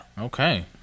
Okay